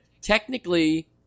technically